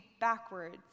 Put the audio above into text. backwards